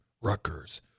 Rutgers